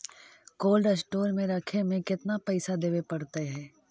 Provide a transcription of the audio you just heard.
Cold store में रखे में केतना पैसा देवे पड़तै है?